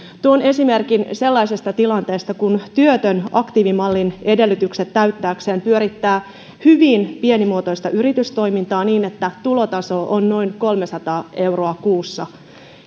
tuon esimerkin sellaisesta tilanteesta kun työtön aktiivimallin edellytykset täyttääkseen pyörittää hyvin pienimuotoista yritystoimintaa niin että tulotaso on noin kolmesataa euroa kuussa